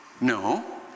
No